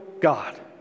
God